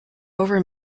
over